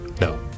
No